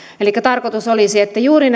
elikkä tarkoitus olisi että juuri